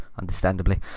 understandably